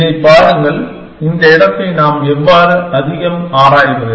இதைப் பாருங்கள் இந்த இடத்தை நாம் எவ்வாறு அதிகம் ஆராய்வது